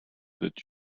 that